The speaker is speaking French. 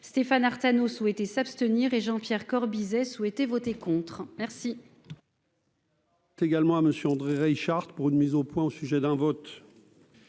Stéphane Artano souhaité s'abstenir et Jean-Pierre Corbisez, souhaité voter contre, merci.